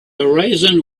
horizon